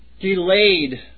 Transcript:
delayed